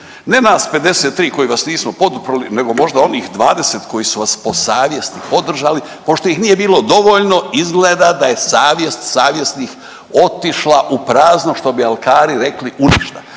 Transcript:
Ne nas 53 koji vas nismo poduprli nego možda onih 20 koji su vas po savjesti podržali. Pošto ih nije bilo dovoljno izgleda da je savjest savjesnih otišla u prazno što bi alkari rekli u ništa.